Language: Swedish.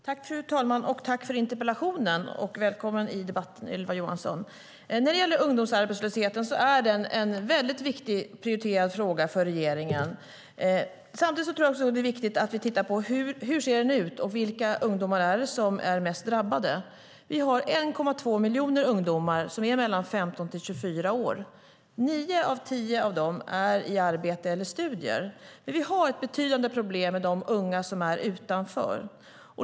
Fru talman! Jag vill tacka för interpellationen och välkomna Ylva Johansson till debatten. Ungdomsarbetslösheten är en viktig och prioriterad fråga för regeringen. Det är viktigt att vi tittar på hur den ser ut och ser vilka ungdomar som är mest drabbade. Vi har 1,2 miljoner ungdomar som är mellan 15 och 24 år. Nio av tio av dem är i arbete eller studier. Men vi har ett betydande problem med de unga som står utanför.